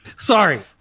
Sorry